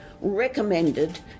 recommended